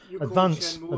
advance